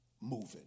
moving